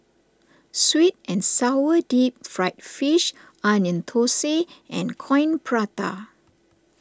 Sweet and Sour Deep Fried Fish Onion Thosai and Coin Prata